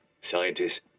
Scientists